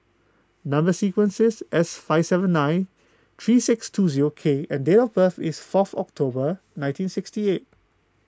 Number Sequence is S five seven nine three six two zero K and date of birth is fourth October nineteen sixty eight